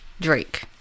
Drake